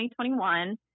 2021